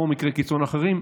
ובמקרי קיצון אחרים,